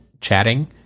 chatting